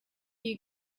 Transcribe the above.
you